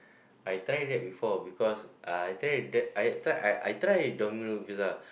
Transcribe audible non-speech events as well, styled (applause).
(breath) I try that before because I try that I try I I try Domino pizza